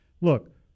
Look